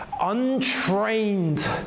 untrained